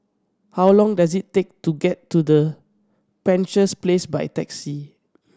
how long does it take to get to the Penshurst Place by taxi